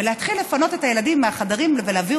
להתחיל לפנות את הילדים מהחדרים ולהעביר